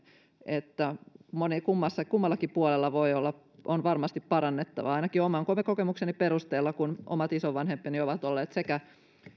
että kummallakin puolella on varmasti parannettavaa ainakin oman kokemukseni perusteella kun omat isovanhempani ovat olleet sekä